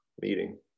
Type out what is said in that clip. meeting